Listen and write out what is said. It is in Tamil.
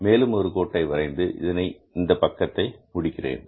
மேலும் ஒரு கோட்டை வரைந்து இதனை இந்தப் பக்கத்தை முடிக்கிறேன்